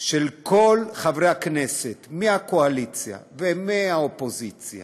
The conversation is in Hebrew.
של כל חברי הכנסת מהקואליציה ומהאופוזיציה